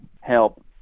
help